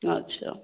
अच्छा